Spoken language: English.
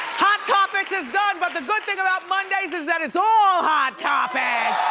hot topics is done, but the good thing about mondays is that it's all hot topics!